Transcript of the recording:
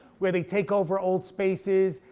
where they take over old spaces.